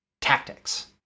tactics